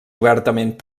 obertament